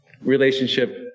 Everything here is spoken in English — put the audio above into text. relationship